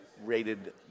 rated